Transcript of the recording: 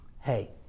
Hey